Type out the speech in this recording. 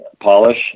polish